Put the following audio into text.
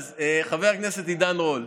חבר הכנסת עידן רול,